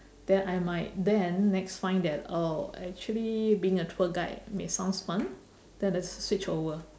then I might then next find that oh actually being a tour guide may sounds fun then let's switch over